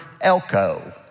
elko